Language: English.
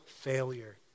failure